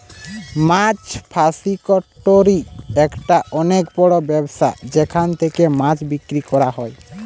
মাছ ফাসিকটোরি একটা অনেক বড় ব্যবসা যেখান থেকে মাছ বিক্রি করা হয়